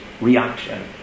reaction